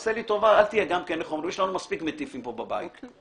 עשה לי טובה, יש לנו מספיק מטיפים פה בבית.